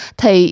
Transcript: thì